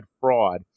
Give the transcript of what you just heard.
fraud